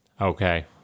Okay